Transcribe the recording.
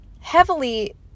heavily